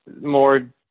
more